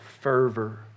fervor